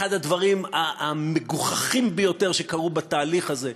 אחד הדברים המגוחכים ביותר שקרו בתהליך הזה,